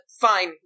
fine